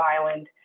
island